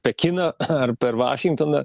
pekiną ar per vašingtoną